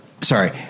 sorry